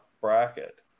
bracket